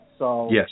Yes